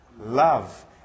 love